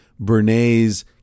Bernays